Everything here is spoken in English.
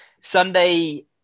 Sunday